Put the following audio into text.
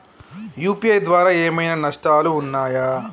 UPI ద్వారా ఏమైనా నష్టాలు ఉన్నయా?